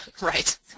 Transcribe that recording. Right